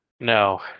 No